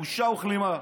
בושה וכלימה.